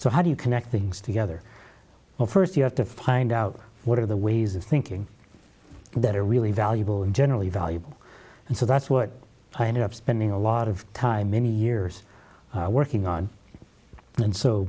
so how do you connect things together well first you have to find out what are the ways of thinking that are really valuable and generally valuable and so that's what i ended up spending a lot of time many years working on and so